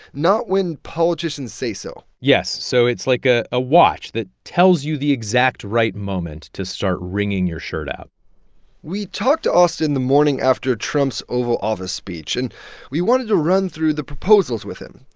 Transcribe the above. not when politicians say so yes. so it's like a ah watch that tells you the exact right moment to start wringing your shirt out we talked to austan the morning after trump's oval office speech, and we wanted to run through the proposals with him.